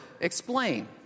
explain